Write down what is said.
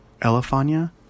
Elefania